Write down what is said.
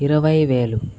ఇరవై వేలు